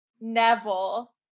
Neville